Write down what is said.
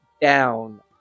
down